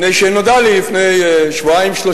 מפני שנודע לי לפני שבועיים-שלושה,